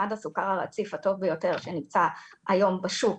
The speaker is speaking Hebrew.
מד הסוכר הרציף הטוב ביותר שנמצא היום בשוק,